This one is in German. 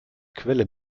quelle